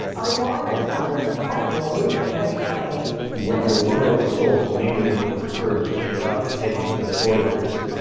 of enormous numbers of casualties from heavy fighting when the world saw millions of kurds in iraq heading for the borders,